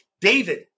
David